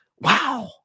wow